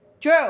drew